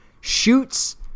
shoots